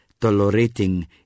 tolerating